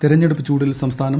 തെരഞ്ഞെടുപ്പ് ചൂടിൽ സംസ്കാനം